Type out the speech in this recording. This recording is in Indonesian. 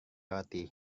roti